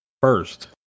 first